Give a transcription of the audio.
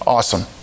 Awesome